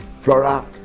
flora